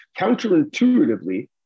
counterintuitively